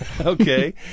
Okay